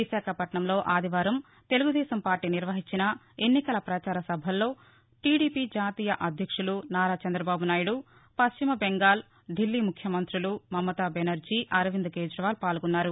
విశాఖపట్నంలో ఆదివారం తెలుగుదేశం పార్టీ నిర్వహించిన ఎన్నికల పచార సభలో టీడీపీ జాతీయ అధ్యక్షులు నారా చంద్రబాబు నాయుడు పశ్చిమ బెంగాల్ ఢిల్లీ ముఖ్యమంతులు మమతా బెనర్జీ అరవింద్ కేఁజీవాల్ పాల్గొన్నారు